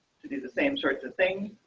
to do the same sorts of thing.